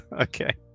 Okay